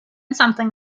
something